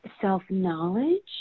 self-knowledge